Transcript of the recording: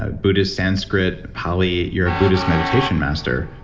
ah buddhist, sanskrit, and pali. you're a buddhist meditation master.